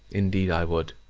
indeed i would.